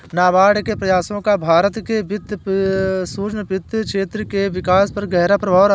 नाबार्ड के प्रयासों का भारत के सूक्ष्म वित्त क्षेत्र के विकास पर गहरा प्रभाव रहा है